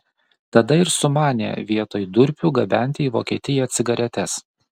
tada ir sumanė vietoj durpių gabenti į vokietiją cigaretes